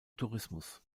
tourismus